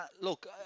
look